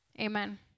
amen